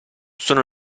sono